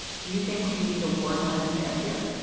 do you think we need a wartime stance here?